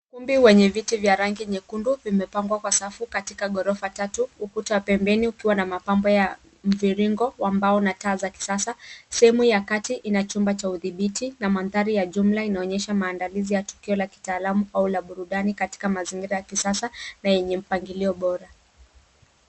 Ukumbi wenye viti vya rangi nyekundu, vimepangwa kwa safu ukuta pembeni ukiwa na mapambo ya mviringo, wa mbao na taa za kisasa. Sehemu ya kati ina chumba cha udhibiti, na mandhari ya jumla inaonyesha maandalizi ya tukio la kitaalum, au burudani katika mazingira ya kisasa, na yenye mpangilio bora.